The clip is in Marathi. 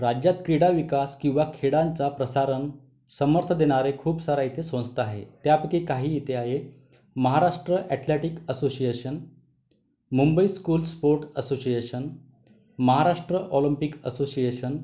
राज्यात क्रीडा विकास किंवा खेळांचा प्रसारण समर्थन देणारे खूप साऱ्या इथे संस्था आहेत त्यापैकी काही इथे आहेत Maharashtra athletic association Mumbai schools sports association Maharashtra Olympic association